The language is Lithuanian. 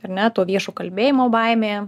ar ne to viešo kalbėjimo baimė